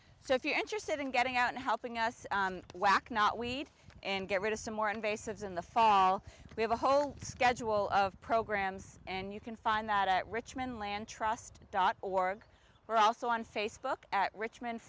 so if you're interested in getting out and helping us whack not weed and get rid of some more invasive in the fall we have a whole schedule of programs and you can find that at richmond land trust dot org we're also on facebook at richmond